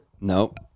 Nope